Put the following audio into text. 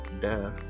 duh